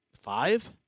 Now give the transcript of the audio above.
five